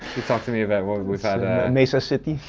you talked to me about what mesa city.